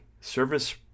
service